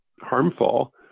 harmful